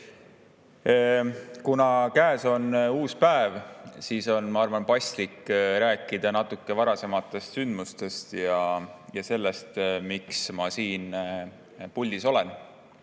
Kuna käes on uus päev, siis on, ma arvan, paslik rääkida natuke varasematest sündmustest ja sellest, miks ma siin puldis olen.